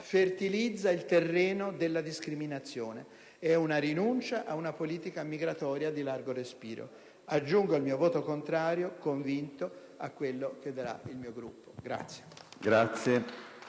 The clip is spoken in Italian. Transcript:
fertilizza il terreno della discriminazione; è una rinuncia ad una politica migratoria di largo respiro. Aggiungo pertanto il mio voto contrario convinto a quello del mio Gruppo.